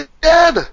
dead